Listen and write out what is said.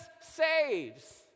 saves